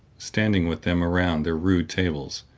standing with them around their rude tables,